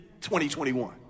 2021